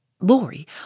Laurie